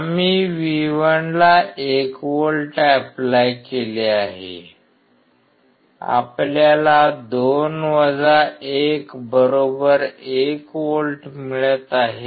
आम्ही V1 ला 1 volt apply केले आहे आपल्याला २ १ १ V मिळत आहे